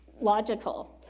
logical